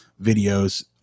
videos